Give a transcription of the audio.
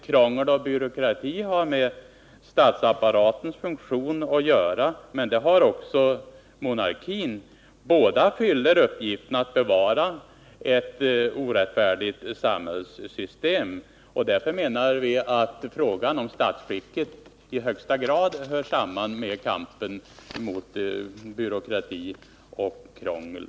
Krångel och byråkrati har med statsapparatens funktion att göra, men det har också monarkin. Båda fyller uppgiften att bevara ett orättfärdigt samhällssystem, och därför menar vi att frågan om statsskicket i högsta grad hör samman med kampen mot byråkrati och krångel.